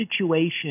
situation